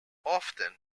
often